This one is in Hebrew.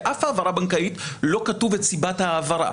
באף העברה בנקאית לא כתובה סיבת ההעברה.